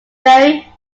very